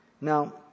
Now